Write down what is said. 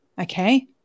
okay